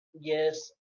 yes